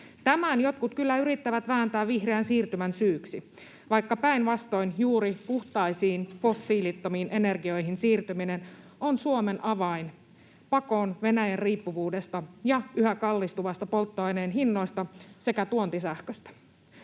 Tämän jotkut kyllä yrittävät vääntää vihreän siirtymän syyksi, vaikka päinvastoin juuri puhtaisiin, fossiilittomiin energioihin siirtyminen on Suomen avain pakoon Venäjä-riippuvuudesta ja yhä kallistuvista polttoaineen hinnoista sekä tuontisähköstä.